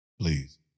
Please